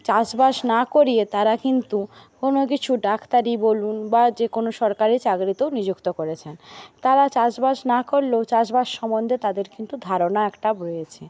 চাষবাস না করিয়ে তারা কিন্তু কোনো কিছু ডাক্তারি বলুন বা যে কোনো সরকারি চাকরিতেও নিযুক্ত করেছেন তারা চাষবাস না করলেও চাষবাস সম্বন্ধে তাদের কিন্তু ধারণা একটা রয়েছে